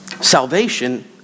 Salvation